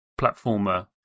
platformer